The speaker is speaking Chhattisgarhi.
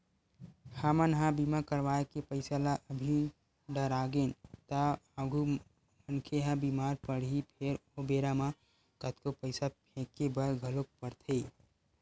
हमन ह बीमा करवाय के पईसा ल अभी डरागेन त आगु मनखे ह बीमार परही फेर ओ बेरा म कतको पईसा फेके बर घलोक परथे